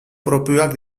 propioak